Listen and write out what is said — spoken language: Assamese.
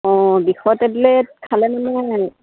অঁ বিষৰ টেবলেট খালে মানে